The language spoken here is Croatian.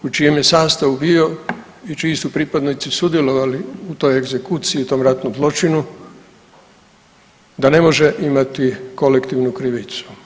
A jedinica u čijem je sastavu bio i čiji su pripadnici sudjelovalo u toj egzekuciji u tom ratno zločinu da ne može imati kolektivnu krivicu.